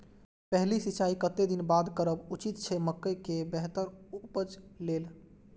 पहिल सिंचाई कतेक दिन बाद करब उचित छे मके के बेहतर उपज लेल?